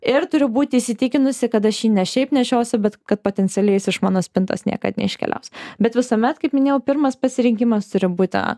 ir turiu būti įsitikinusi kad aš jį ne šiaip nešiosiu bet kad potencialiai jis iš mano spintos niekad neiškeliaus bet visuomet kaip minėjau pirmas pasirinkimas turi būti